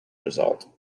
result